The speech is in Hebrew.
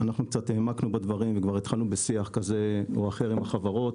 אנחנו קצת העמקנו בדברים וכבר התחלנו בשיח כזה או אחר עם החברות,